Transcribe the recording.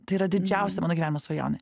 tai yra didžiausia mano gyvenimo svajonė